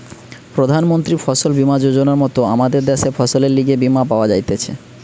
প্রধান মন্ত্রী ফসল বীমা যোজনার মত আমদের দ্যাশে ফসলের লিগে বীমা পাওয়া যাইতেছে